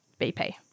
BP